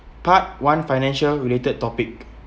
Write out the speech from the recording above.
part one financial-related topic